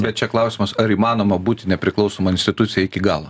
bet čia klausimas ar įmanoma būti nepriklausoma institucija iki galo